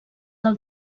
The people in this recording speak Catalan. del